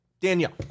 Danielle